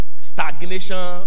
Stagnation